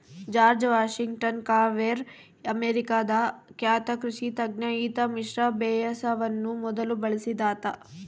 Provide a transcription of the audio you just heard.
George Washington Carver ಅಮೇರಿಕಾದ ಖ್ಯಾತ ಕೃಷಿ ತಜ್ಞ ಈತ ಮಿಶ್ರ ಬೇಸಾಯವನ್ನು ಮೊದಲು ಬಳಸಿದಾತ